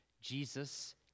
Jesus